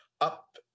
up